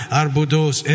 arbudos